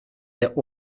der